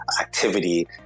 activity